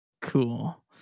Cool